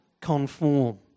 conform